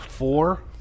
Four